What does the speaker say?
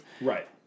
Right